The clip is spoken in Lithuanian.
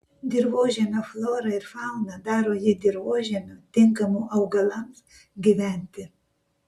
dirvožemio flora ir fauna daro jį dirvožemiu tinkamu augalams gyventi